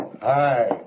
hi